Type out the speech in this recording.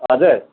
हजुर